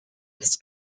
its